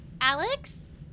Alex